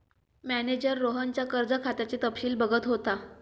manager रोहनच्या कर्ज खात्याचे तपशील बघत होता